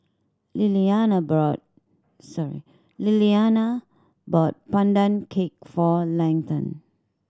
Lillianna brought sorry Lillianna bought Pandan Cake for Leighton